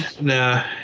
No